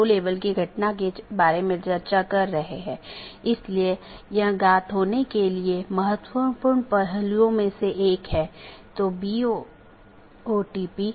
कुछ और अवधारणाएं हैं एक राउटिंग पॉलिसी जो महत्वपूर्ण है जोकि नेटवर्क के माध्यम से डेटा पैकेट के प्रवाह को बाधित करने वाले नियमों का सेट है